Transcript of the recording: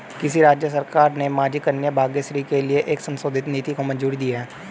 किस राज्य सरकार ने माझी कन्या भाग्यश्री के लिए एक संशोधित नीति को मंजूरी दी है?